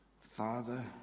Father